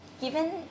given